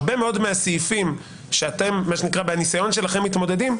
הרבה מאוד מהסעיפים שאתם מתמודדים איתם מהניסיון שלכם,